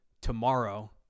tomorrow